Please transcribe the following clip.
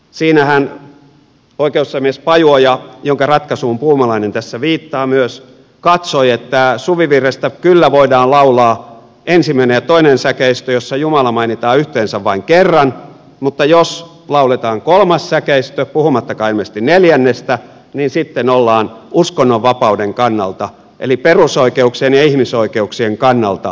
siinähän apulaisoikeusasiamies pajuoja jonka ratkaisuun puumalainen tässä viittaa myös katsoi että suvivirrestä kyllä voidaan laulaa ensimmäinen ja toinen säkeistö joissa jumala mainitaan yhteensä vain kerran mutta jos lauletaan kolmas säkeistö puhumattakaan ilmeisesti neljännestä niin sitten ollaan uskonnonvapauden kannalta eli perusoikeuksien ja ihmisoikeuksien kannalta ongelmallisessa tilanteessa